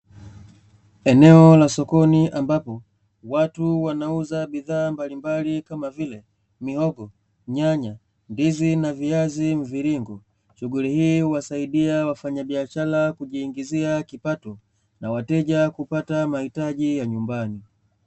Eneo la sokoni ambapo watu wanauza bidhaa mbalimbali kama vile; mihogo, nyanya, ndizi na viazi mviringo, shughuli hii huwasaidia wafanyabiashara kujiingizia kipato na wateja kupata mahitaji ya nyumbani.